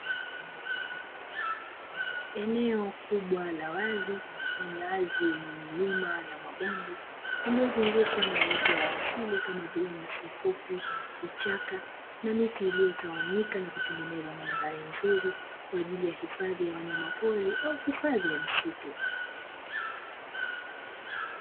Eneo kubwa la wazi lenye ardhi yenye milima na mabonde iliyozungukwa na uoto wa asili kama vile: nyasi fupi, vichaka, na miti iliyotawanyika na kutengeneza mandhari nzuri, kwa ajili ya hifadhi ya wanyama pori au hifadhi ya msitu.